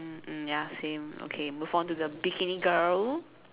mm mm ya same okay move on to the bikini girl